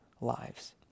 lives